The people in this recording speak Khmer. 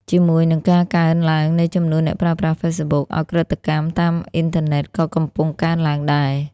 ជាមួយនឹងការកើនឡើងនៃចំនួនអ្នកប្រើប្រាស់ Facebook ឧក្រិដ្ឋកម្មតាមអ៊ីនធឺណិតក៏កំពុងកើនឡើងដែរ។